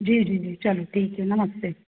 जी जी जी चलो ठीक है नमस्ते